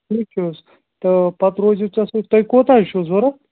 ٹھیٖک چھُ حظ تہٕ پَتہٕ روزوٕ تتھ سٍتۍ تۄہہِ کوٗتاہ حظ چھُو ضروٗرت